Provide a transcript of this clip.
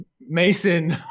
Mason